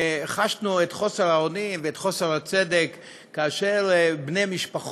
כולנו חשנו את חוסר האונים ואת חוסר הצדק כאשר בני-משפחות